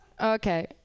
Okay